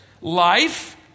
life